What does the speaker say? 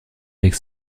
avec